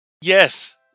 Yes